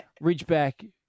Ridgeback